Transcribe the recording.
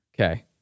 Okay